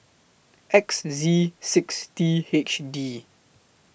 X Z six T H D